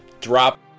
drop